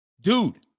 Dude